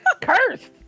cursed